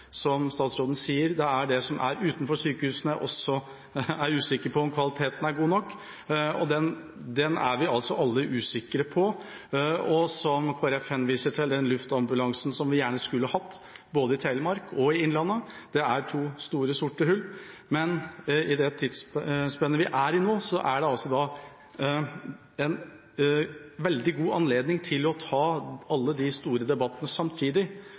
Som statsråden sier, er det usikkert om kvaliteten er god nok også for det som er utenfor sykehusene. Den er vi altså alle usikre på, og Kristelig Folkeparti henviser til den luftambulansen som vi gjerne skulle hatt, både i Telemark og Innlandet. Det er to store, sorte hull, men det tidsspennet vi er i nå, gir en veldig god anledning til å ta alle de store debattene samtidig